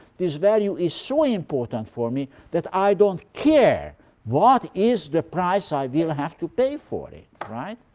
this value is so important for me that i don't care what is the price i will have to pay for it. right?